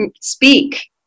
speak